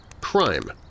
crime